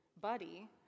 buddy